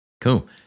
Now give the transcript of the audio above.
Cool